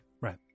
Right